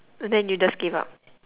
and then you just give up